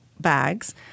bags